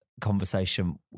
conversation